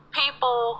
people